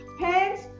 pants